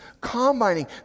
combining